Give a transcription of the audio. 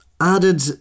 added